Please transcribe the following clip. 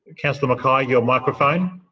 ah councillor mackay, your microphone.